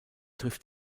trifft